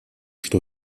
что